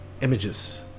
images